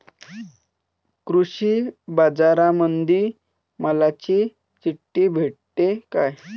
कृषीबाजारामंदी मालाची चिट्ठी भेटते काय?